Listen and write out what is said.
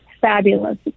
fabulous